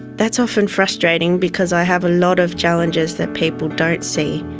that's often frustrating because i have a lot of challenges that people don't see.